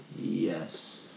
Yes